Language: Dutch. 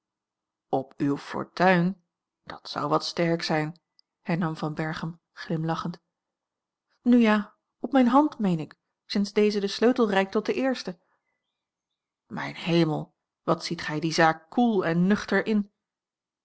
op uwe fortuin dat zou wat sterk zijn hernam van berchem glimlachend nu ja op mijne hand meen ik sinds deze den sleutel reikt tot de eerste mijn hemel wat ziet gij die zaak koel en nuchter in